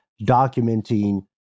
documenting